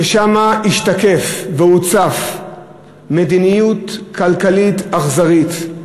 שם השתקפה והוצפה מדיניות כלכלית אכזרית,